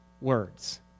words